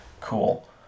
cool